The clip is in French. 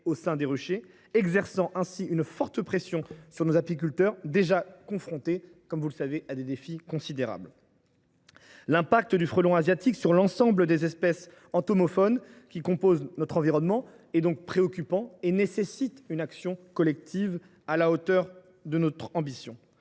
au sein des ruchers, exerçant ainsi une forte pression sur nos apiculteurs, déjà confrontés à des défis considérables. L’impact du frelon asiatique sur l’ensemble des espèces de l’entomofaune qui composent notre environnement est préoccupant et nécessite une action collective à la hauteur de notre ambition.